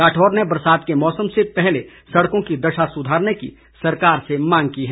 राठौर ने बरसात के मौसम से पहले सड़कों की दशा सुधारने की सरकार से मांग की है